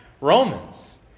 Romans